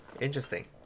interesting